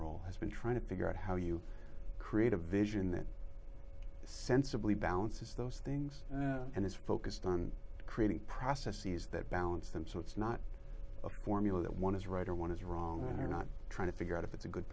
role has been trying to figure out how you create a vision that sensibly balances those things and is focused on creating processes that balance them so it's not a formula that one is right or one is wrong and you're not trying to figure out if it's a good